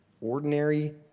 ordinary